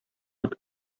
would